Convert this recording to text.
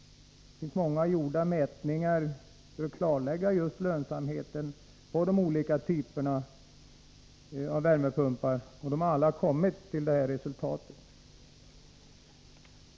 Gjorda mätningar för att klarlägga lönsamheten på olika typer av värmepumpar har kommit till detta resultat.